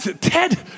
Ted